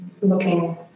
looking